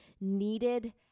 needed